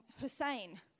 Hussein